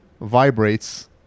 vibrates